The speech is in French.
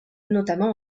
notamment